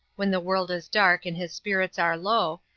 when the world is dark and his spirits are low,